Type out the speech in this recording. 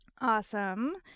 Awesome